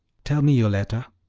tell me, yoletta,